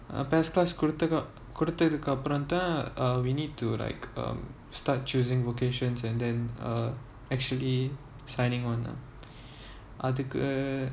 uh best class கொடுத்தா தான் கொடுத்ததுக்கு அப்புறம் தான்:koduthaa thaan koduthathuku appuram thaan uh we need to like um start choosing vocations and then uh actually signing on ah அதுக்கு:athuku